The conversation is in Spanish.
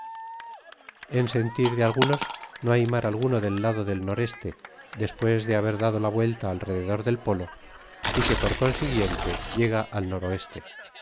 en sentir de algunos no hay mar alguno del lado del n e despues de haber dado la vuelta alrededor del polo y que por consiguiente llega al n